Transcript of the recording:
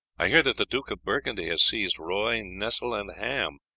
i hear that the duke of burgundy has seized roye, nesle, and ham,